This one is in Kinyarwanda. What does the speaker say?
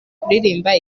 kuririmba